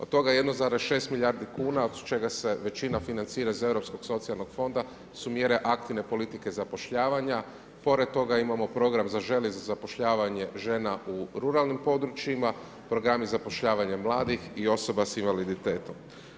Od toga 1,6 milijardi kuna od čega se većina financira iz Europskog socijalnog fonda su mjere aktivne politike zapošljavanja, pored toga imamo program za žene za zapošljavanje žena u ruralnim područjima, programi zapošljavanja mladih i osoba s invaliditetom.